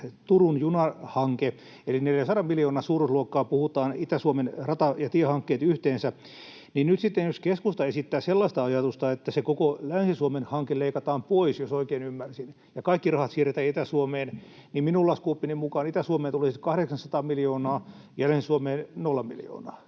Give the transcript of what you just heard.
Turun junahanke, eli 400 miljoonan suuruusluokasta puhutaan Itä-Suomen rata- ja tiehankkeissa yhteensä. Nyt sitten jos keskusta esittää sellaista ajatusta, että se koko Länsi-Suomen hanke leikataan pois, jos oikein ymmärsin, ja kaikki rahat siirretään Itä-Suomeen, niin minun laskuoppini mukaan Itä-Suomeen tulisi 800 miljoonaa ja Länsi-Suomeen nolla miljoonaa.